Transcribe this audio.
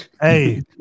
Hey